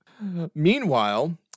Meanwhile